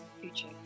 future